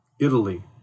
Italy